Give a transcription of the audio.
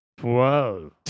Whoa